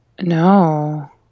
No